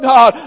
God